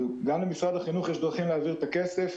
גם למשרד החינוך יש דרכים להעביר את הכסף.